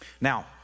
Now